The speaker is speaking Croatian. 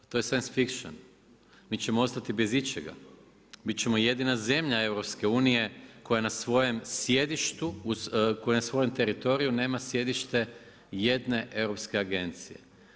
To je science fiction, mi ćemo ostati bez ičega, biti ćemo jedina zemlja EU koja na svojem sjedištu, koja na svojem teritoriju nema sjedište jedne europske agencije.